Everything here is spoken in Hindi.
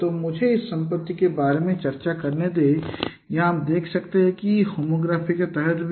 तो मुझे इस संपत्ति के बारे में चर्चा करने दें यहाँ आप देख सकते हैं कि होमोग्राफी के तहत भी